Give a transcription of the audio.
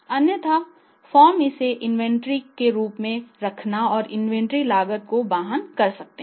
अन्यथा फर्म इसे इन्वेंट्री के रूप में रखना और इन्वेंट्री लागत को वहन कर सकते हैं